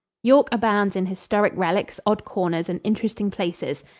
york abounds in historic relics, odd corners and interesting places.